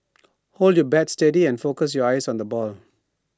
hold your bat steady and focus your eyes on the ball